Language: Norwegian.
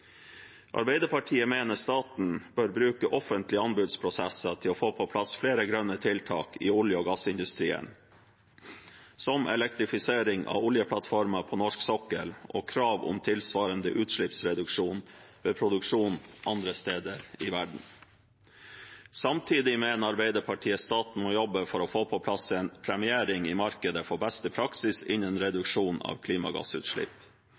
Arbeiderpartiet mener staten bør bruke offentlige anbudsprosesser til å få på plass flere grønne tiltak i olje- og gassindustrien, som elektrifisering av oljeplattformer på norsk sokkel og krav om tilsvarende utslippsreduksjon ved produksjon andre steder i verden. Samtidig mener Arbeiderpartiet staten må jobbe for å få på plass en premiering i markedet for beste praksis innen reduksjon av klimagassutslipp.